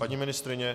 Paní ministryně?